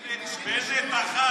עכשיו העבירו סעיף 98. בנט אכל,